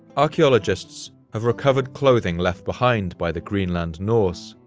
archeologists have recovered clothing left behind by the greenland norse,